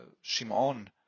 Shimon